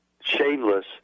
shameless